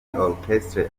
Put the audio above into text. orchestre